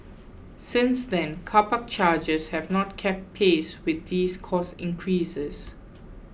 since then car park charges have not kept pace with these cost increases